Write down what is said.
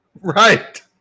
Right